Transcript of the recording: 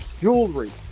jewelry